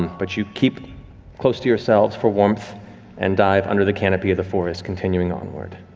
but you keep close to yourselves for warmth and dive under the canopy of the forest, continuing onward.